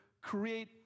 create